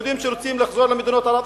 יהודים שרוצים לחזור למדינות ערב,